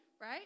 right